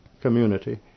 community